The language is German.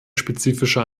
spezifische